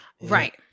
Right